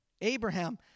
Abraham